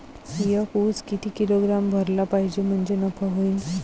एक उस किती किलोग्रॅम भरला पाहिजे म्हणजे नफा होईन?